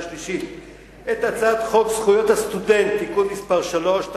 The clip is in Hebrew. השלישית את הצעת חוק זכויות הסטודנט (תיקון מס' 3),